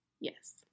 Yes